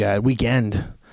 Weekend